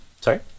Sorry